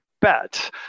bet